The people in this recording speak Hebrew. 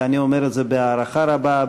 ואני אומר את זה בהערכה רבה,